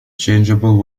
changeable